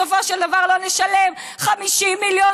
על מנת שבסופו של דבר לא נשלם 50 מיליון